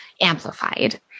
amplified